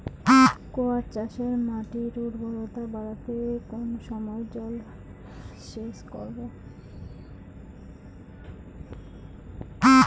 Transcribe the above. কোয়াস চাষে মাটির উর্বরতা বাড়াতে কোন সময় জল স্প্রে করব?